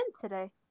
today